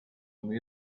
آنهایی